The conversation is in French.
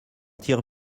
tire